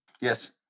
Yes